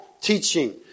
teaching